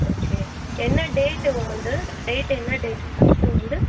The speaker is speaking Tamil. ஓகே என்ன டேட்டு உங்களது டேட்டு என்ன டேட் ஃபஸ்ட்டு உங்களது